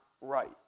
right